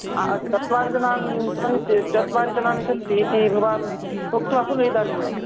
हा अस् चत्वारि जनानि सन्ति चत्वारि जनानि सन्तीति भवान् उक्तवान् खलु इदानीमेव